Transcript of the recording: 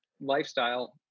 lifestyle